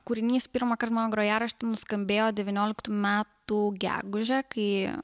kūrinys pirmąkart mano grojarašty nuskambėjo devynioliktų metų gegužę kai